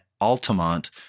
Altamont